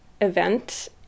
event